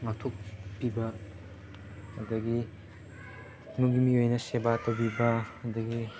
ꯉꯥꯛꯊꯣꯛꯄꯤꯕ ꯑꯗꯒꯤ ꯏꯃꯨꯡꯒꯤ ꯃꯤꯉꯩꯅ ꯁꯦꯕꯥ ꯇꯧꯕꯤꯕ ꯑꯗꯒꯤ